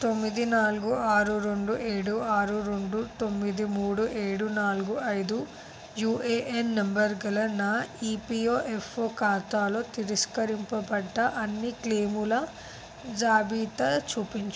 తొమ్మిది నాలుగు ఆరు రెండు ఏడు ఆరు రెండు తొమ్మిది మూడు ఏడు నాలుగు ఐదు యుఏఎన్ నంబరుగల నా ఈపిఎఫ్ఓ ఖాతాలో తిరస్కరించబడ్డ అన్ని క్లెయిముల జాబితా చూపించు